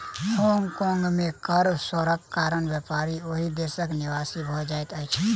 Hong Kong में कर स्वर्गक कारण व्यापारी ओहि देशक निवासी भ जाइत अछिं